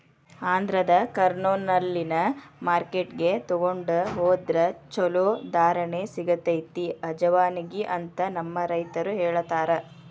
ಆಂಧ್ರದ ಕರ್ನೂಲ್ನಲ್ಲಿನ ಮಾರ್ಕೆಟ್ಗೆ ತೊಗೊಂಡ ಹೊದ್ರ ಚಲೋ ಧಾರಣೆ ಸಿಗತೈತಿ ಅಜವಾನಿಗೆ ಅಂತ ನಮ್ಮ ರೈತರು ಹೇಳತಾರ